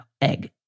egg